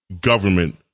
government